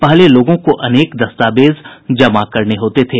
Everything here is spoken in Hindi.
पहले लोगों को अनेक दस्तावेज जमा करने होते थे